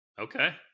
Okay